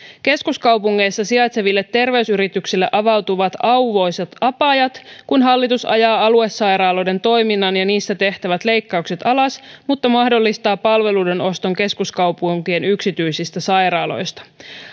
keskuskaupungeissa sijaitseville terveysyrityksille avautuvat auvoisat apajat kun hallitus ajaa aluesairaaloiden toiminnan ja niissä tehtävät leikkaukset alas mutta mahdollistaa palveluiden oston keskuskaupunkien yksityisistä sairaaloista